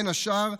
בין השאר,